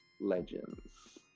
legends